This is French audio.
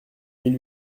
mille